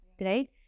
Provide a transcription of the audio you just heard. right